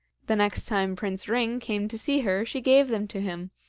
the next time prince ring came to see her she gave them to him,